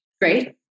Great